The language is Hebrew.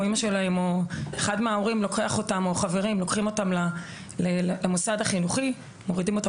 אימא שלהם או חברים לוקחים אותם למוסד החינוכי ומורידים אותם